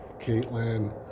Caitlin